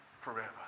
forever